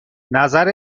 نظر